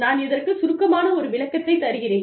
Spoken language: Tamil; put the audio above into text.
நான் இதற்குச் சுருக்கமான ஒரு விளக்கத்தைத் தருகிறேன்